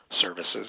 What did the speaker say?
services